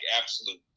absolute